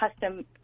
custom